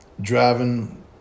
driving